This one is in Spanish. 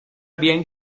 bien